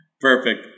Perfect